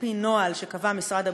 על-פי נוהל שקבע משרד הבריאות,